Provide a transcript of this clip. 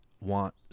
want